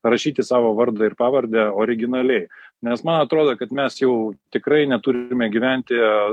rašyti savo vardą ir pavardę originaliai nes man atrodo kad mes jau tikrai neturime gyventi